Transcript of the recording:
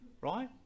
right